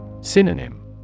Synonym